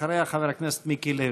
אחריה, חבר הכנסת מיקי לוי.